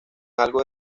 algo